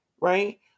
right